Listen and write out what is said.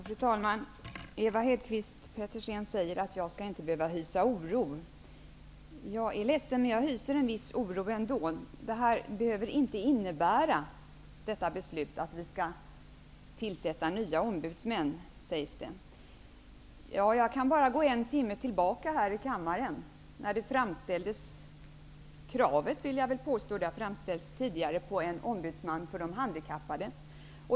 Fru talman! Ewa Hedkvist Petersen säger att jag inte skall behöva hysa oro. Jag är ledsen, men jag hyser en viss oro ändå. Beslutet i det här ärendet behöver inte innebära att vi skall tillsätta fler nya ombudsmän, sägs det. Jag kan bara gå en timme tillbaka, när det här i kammaren framställdes krav, vill jag påstå -- det har framställts tidigare -- på en ombudsman för de handikappade.